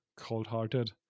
cold-hearted